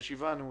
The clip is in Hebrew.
הישיבה נעולה.